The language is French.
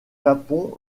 japon